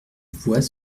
voit